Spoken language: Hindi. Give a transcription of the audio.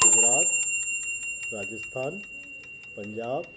गुजरात राजस्थान पंजाब